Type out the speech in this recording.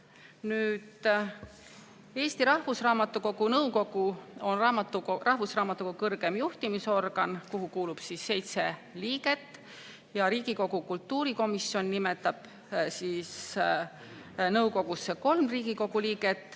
Eesti Rahvusraamatukogu nõukogu on rahvusraamatukogu kõrgeim juhtimisorgan, kuhu kuulub seitse liiget. Riigikogu kultuurikomisjon nimetab nõukogusse kolm Riigikogu liiget